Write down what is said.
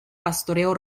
pastoreo